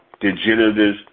degenerative